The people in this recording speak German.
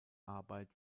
arbeit